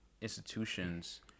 institutions